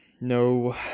No